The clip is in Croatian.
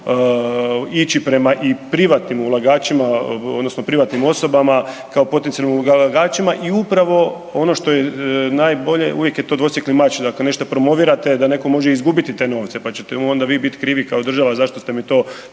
ići prema i privatnim ulagačima, odnosno privatnim osobama kao potencijalnim ulagačima i upravo ono što je najbolje, uvijek je to dvosjekli mač, dakle nešto promovirate da netko može izgubiti te novce pa ćete mu onda vi biti krivi kao država zašto ste mi to